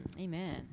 Amen